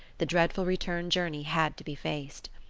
the dreadful return journey had to be faced.